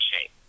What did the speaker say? shape